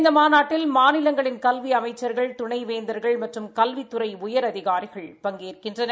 இந்த மாநாட்டில் மாநிலங்களின் கல்வி அமைச்சா்கள் துணைவேந்தா்கள் மற்றும் கல்வித்துறை உயரதிகாரிகள் பங்கேற்கின்றனர்